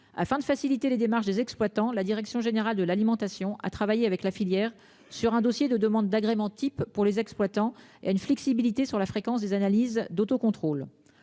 Afin de faciliter les démarches des exploitants. La direction générale de l'alimentation à travailler avec la filière sur un dossier de demande d'agrément type pour les exploitants et à une flexibilité sur la fréquence des analyses d'auto-contrôle